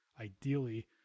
ideally